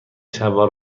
شلوار